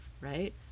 right